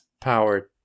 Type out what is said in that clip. powered